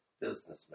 businessman